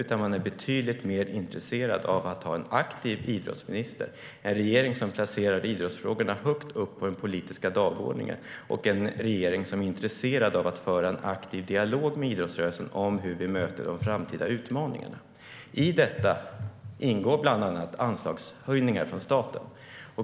Man är betydligt mer intresserad av att ha en aktiv idrottsminister och en regering som placerar idrottsfrågorna högt på den politiska dagordningen och är intresserad av att föra en aktiv dialog med idrottsrörelsen om hur vi möter de framtida utmaningarna. I detta ingår bland annat anslagshöjningar från staten.